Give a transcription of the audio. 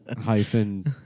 Hyphen